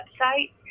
website